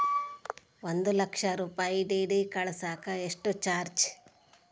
ಒಂದು ಲಕ್ಷ ರೂಪಾಯಿ ಡಿ.ಡಿ ಕಳಸಾಕ ಎಷ್ಟು ಚಾರ್ಜ್?